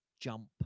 jump